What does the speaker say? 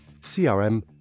CRM